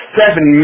seven